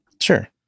Sure